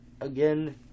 Again